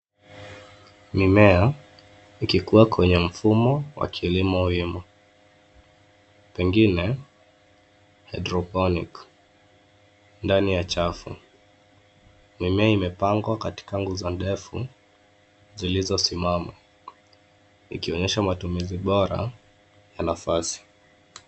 Mimea ikikuwa kwenye mfumo wa kilimo wima pengine hydroponic ndani ya chafu. Mimea imepangwa katika nguzo ndefu zilizosimama ikionyesha matumizi bora ya nafasi.